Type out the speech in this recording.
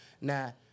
now